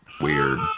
weird